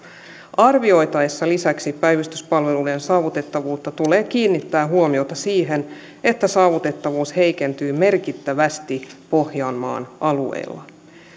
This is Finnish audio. arvioitaessa lisäksi päivystyspalveluiden saavutettavuutta tulee kiinnittää huomiota siihen että saavutettavuus heikentyy merkittävästi pohjanmaan alueella